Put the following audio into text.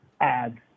ads